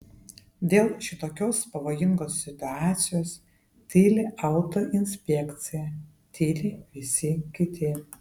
dėl šitokios pavojingos situacijos tyli autoinspekcija tyli visi kiti